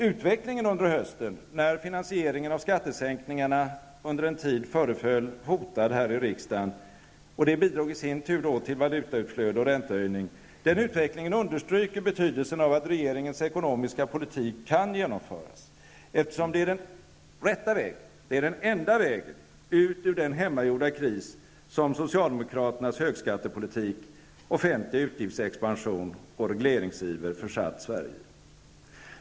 Utvecklingen under hösten -- när finansieringen av skattesänkningarna under en tid föreföll hotade här i riksdagen, vilket i sin tur bidrog till valutautflöde och räntehöjning -- understryker betydelsen av att regeringens ekonomiska politik kan genomföras. Det är ju den rätta, och den enda, vägen ut ur den hemmagjorda kris som socialdemokraternas högskattepolitik, offentliga utgiftsexpansion och regleringsiver försatt Sverige i.